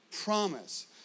Promise